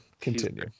continue